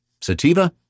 Sativa